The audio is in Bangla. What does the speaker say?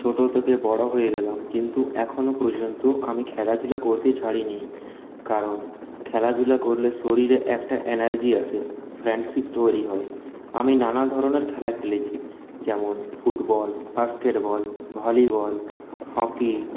ছোট থেকে বড় হয়ে গেলাম কিন্তু এখনও পর্যন্ত আমি খেলাধূলা করতে ছাড়িনি কারণ খেলাধূলা করলে শরীরে একটা এনার্জি আসে ফ্রেন্ডশিপ তৈরি হয় আমি নানা ধরনের খেলা খেলেছি যেমন ফুটবল বাস্কেটবল ভলিবল হকি